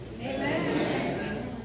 amen